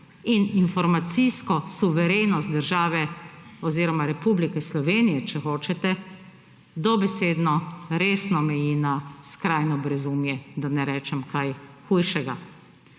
in informacijsko suverenost države oziroma Republike Slovenije, če hočete, dobesedno resno meji na skrajno brezumje, da ne rečem kaj hujšega.